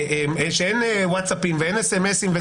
שאין ווטסאפים ואין סמ"סים,